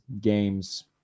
games